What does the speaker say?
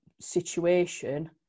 situation